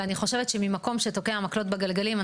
אני חושבת שממקום שתוקע מקלות בגלגלים,